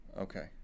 Okay